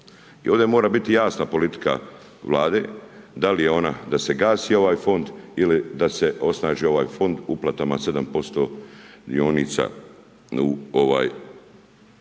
I ovdje mora biti jasna politika Vlade, da li je ona da se gasi ovaj fond ili da se osnaži ovaj fond uplatama od 7% dionica u ovaj